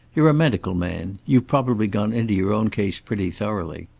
you're a medical man. you've probably gone into your own case pretty thoroughly.